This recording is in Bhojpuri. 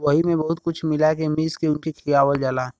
वही मे बहुत कुछ मिला के मीस के उनके खियावल जाला